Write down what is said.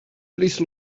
please